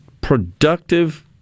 productive